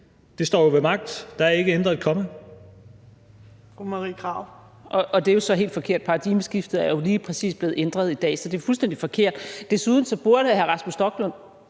står jo ved magt, der er ikke ændret et